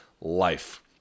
life